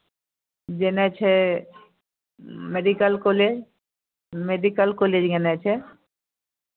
जेनाइ छै medical college medical college गेनाइ छै